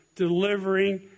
delivering